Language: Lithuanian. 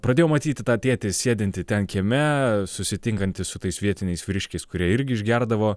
pradėjau matyti tą tėtį sėdintį ten kieme susitinkantį su tais vietiniais vyriškiais kurie irgi išgerdavo